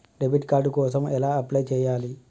Debit card కోసం ఎలా apply చేయాలి?